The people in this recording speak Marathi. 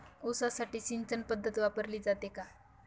ऊसासाठी सिंचन पद्धत वापरली जाते का?